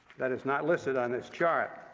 that is not listed on this chart.